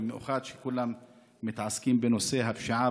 במיוחד שכולן עוסקות בנושא הפשיעה